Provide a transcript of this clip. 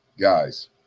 Guys